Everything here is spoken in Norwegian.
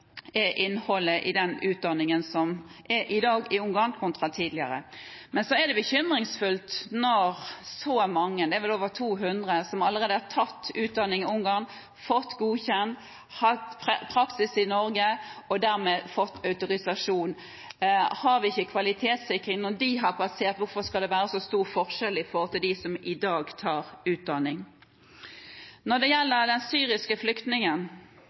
innholdet i den utdanningen som er i Ungarn i dag, kontra tidligere. Men så er det bekymringsfullt når så mange – det er vel over 200 – som allerede har tatt utdanning i Ungarn, er blitt godkjent, har hatt praksis i Norge og dermed har fått autorisasjon. Har vi ikke hatt kvalitetssikring når de har passert, hvorfor skal det være så stor forskjell for dem som i dag tar utdanning? Når det gjelder den syriske flyktningen: